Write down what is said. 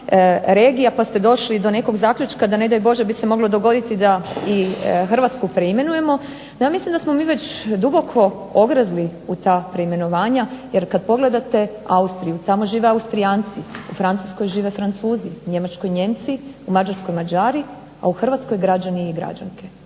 pa ste došli i do nekog zaključka da ne daj Bože bi se moglo dogoditi i da Hrvatsku preimenujemo. Ja mislim da smo mi već duboko ogrezli u ta preimenovanja jer kad pogledate Austriju tamo žive Austrijanci, u Francuskoj žive Francuzi, u Njemačkoj Nijemci, u Mađarskoj Mađari, a u Hrvatskoj građani i građanke.